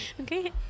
okay